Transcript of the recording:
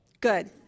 Good